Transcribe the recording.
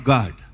God